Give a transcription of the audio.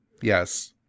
Yes